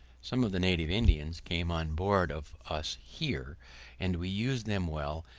some of the native indians came on board of us here and we used them well,